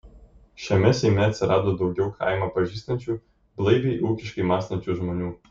šiame seime atsirado daugiau kaimą pažįstančių blaiviai ūkiškai mąstančių žmonių